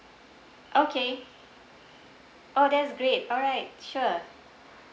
okay oh that's great alright sure